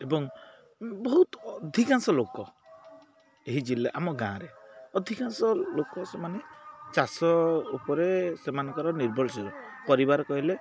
ଏବଂ ବହୁତ ଅଧିକାଂଶ ଲୋକ ଏହି ଜିଲ୍ଲା ଆମ ଗାଁରେ ଅଧିକାଂଶ ଲୋକ ସେମାନେ ଚାଷ ଉପରେ ସେମାନଙ୍କର ନିର୍ଭରଶୀଳ କରିବାର କହିଲେ